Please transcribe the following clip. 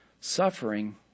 suffering